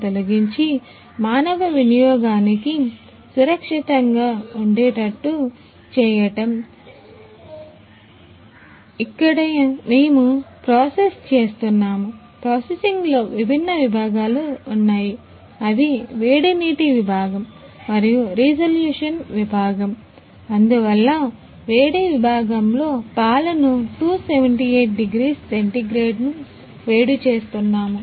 అందువల్ల వేడి విభాగంలో పాలను 278 డిగ్రీ సెంటీగ్రేడ్ను వేడి చేస్తున్నాము